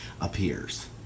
appears